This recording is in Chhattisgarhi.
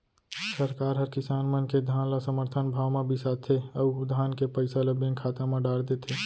सरकार हर किसान मन के धान ल समरथन भाव म बिसाथे अउ धान के पइसा ल बेंक खाता म डार देथे